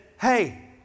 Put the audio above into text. hey